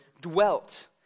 dwelt